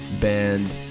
Band